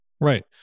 right